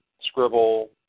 scribble